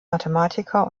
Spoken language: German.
mathematiker